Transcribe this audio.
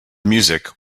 music